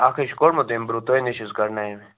اَکھ حظ چھُ کوٚڈمُت امہِ برٛونٛہہ تۅہہِ نِش حظ کَڈٕنایاے مےٚ